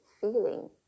feeling